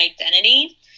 identity